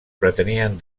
pretenien